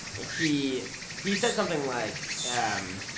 ah he he said something like, and um